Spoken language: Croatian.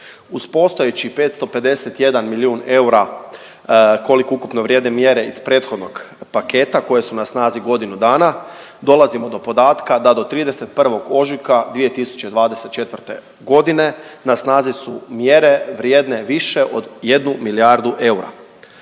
Uz postojeći 551 milijun eura koliko ukupno vrijede mjere iz prethodnog paketa koje su na snazi godinu dana, dolazimo do podatka da do 31. ožujka 2024.g. na snazi su mjere vrijedne više od jednu milijardu eura.